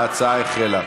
ההצבעה החלה.